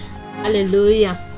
Hallelujah